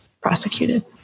prosecuted